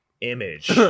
image